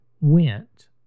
went